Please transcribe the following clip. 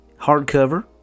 hardcover